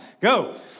Go